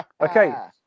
Okay